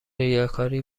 ریاکاری